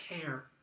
care